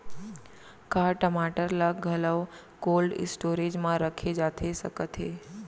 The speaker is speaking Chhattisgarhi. का टमाटर ला घलव कोल्ड स्टोरेज मा रखे जाथे सकत हे?